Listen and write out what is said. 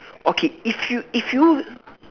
okay if you if you